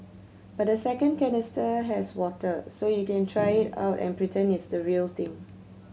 but the second canister has water so you can try it out and pretend it's the real thing